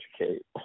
educate